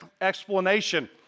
explanation